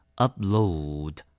upload